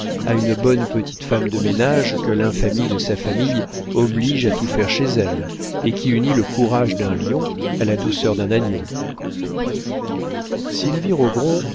à une bonne petite femme de ménage que l'infamie de sa famille oblige à tout faire chez elle et qui unit le courage d'un lion à la douceur d'un agneau